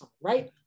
Right